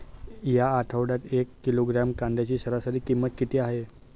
या आठवड्यात एक किलोग्रॅम कांद्याची सरासरी किंमत किती आहे?